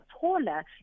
taller